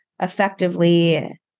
effectively